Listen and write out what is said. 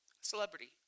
Celebrity